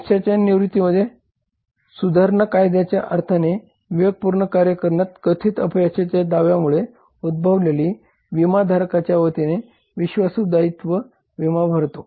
देशाच्या निवृत्तीवेतन सुधारणा कायद्याच्या अर्थाने विवेकपूर्वक कार्य करण्यात कथित अपयशाच्या दाव्यांमुळे उद्भवलेल्या विमाधारकाच्या वतीने विश्वासू दायित्व विमा भरतो